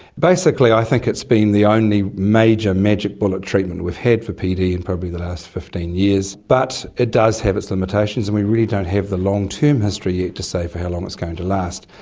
basically i think it's been the only major magic bullet treatment we've had for pd in probably the last fifteen years, but it does have its limitations and we really don't have the long-term history yet to say for how long it's going to last.